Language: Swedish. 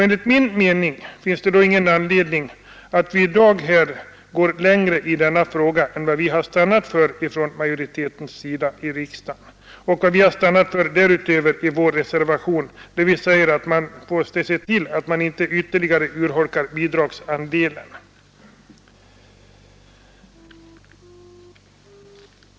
Enligt min mening finns det ingen anledning att vi i dag går längre i denna fråga än vad vi stannat för i vår reservation, där vi säger att man får se till att man inte ytterligare urholkar bidragsandelen.